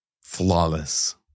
Flawless